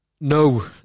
No